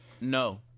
No